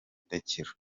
udakira